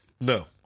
no